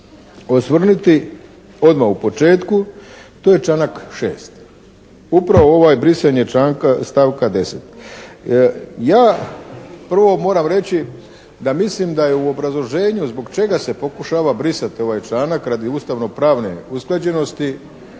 osvrnuti, odmah u početku, to je članak 6. Upravo ovaj, brisanje stavka 10. Ja prvo moram reći da mislim da je u obrazloženju zbog čega se pokušava brisati ovaj članak, radi ustavnopravne usklađenosti,